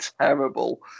terrible